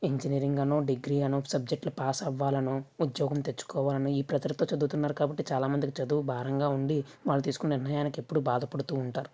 engineering అనో degree అనో సబ్జెక్టులు పాస్ అవ్వాలనో ఉద్యోగం తెచ్చుకోవాలనో ఈ ప్రెషర్తో చదువుతున్నారు కాబట్టి చాలామందికి చదువు భారంగా ఉంది వాళ్ళు తీసుకున్న నిర్ణయానికి ఎప్పుడు బాధపడుతూ ఉంటారు